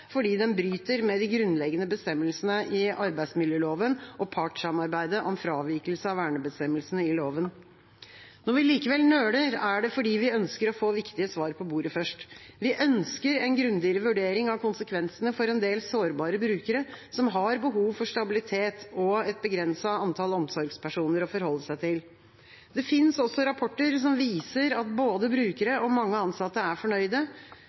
fordi den bryter med de grunnleggende bestemmelsene i arbeidsmiljøloven og partssamarbeidet om fravikelse av vernebestemmelsene i loven. Når vi likevel nøler, er det fordi vi ønsker å få viktige svar på bordet først. Vi ønsker en grundigere vurdering av konsekvensene for en del sårbare brukere som har behov for stabilitet og et begrenset antall omsorgspersoner å forholde seg til. Det fins også rapporter som viser at både brukere og mange ansatte er fornøyde.